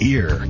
Ear